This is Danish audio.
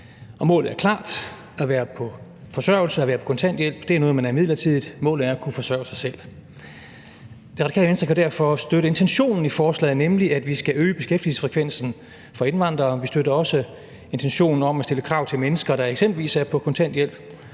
målet er klart: At være på forsørgelse, at være på kontanthjælp, er noget, man er midlertidigt. Målet er at kunne forsørge sig selv. Det Radikale Venstre kan derfor støtte intentionen i forslaget, nemlig at vi skal øge beskæftigelsesfrekvensen for indvandrere. Vi støtter også intentionen om at stille krav til mennesker, der eksempelvis er på kontanthjælp,